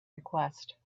request